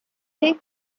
pig